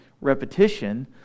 repetition